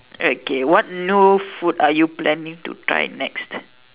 okay what new food are you planning to try next